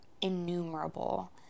innumerable